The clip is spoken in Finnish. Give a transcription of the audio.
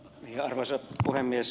arvoisa puhemies